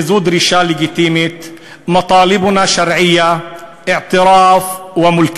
וזו דרישה לגיטימית (אומר בערבית: דרישותינו לגיטימיות: הכרה ובעלות).